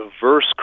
diverse